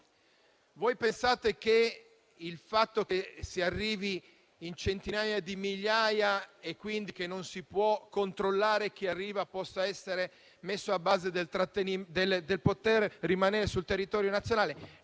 Pensate che il fatto che si arrivi in centinaia di migliaia, e che quindi non si può controllare chi arriva, possa essere messo a base del poter rimanere sul territorio nazionale?